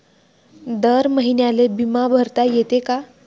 दर महिन्याले बिमा भरता येते का?